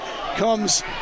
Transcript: comes